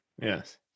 Yes